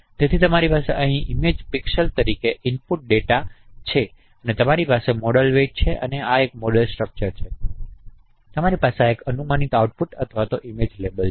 તેથી તમારી પાસે અહીં ઇમેજ પિક્સેલ્સ તરીકે ઇનપુટ ડેટા છે અને તમારી પાસે મોડેલ વેટ છે અને આ એક મોડેલ સ્ટ્રક્ચર છે તમારી પાસે આ એક અનુમાનિત આઉટપુટ અથવા ઇમેજ લેબલ છે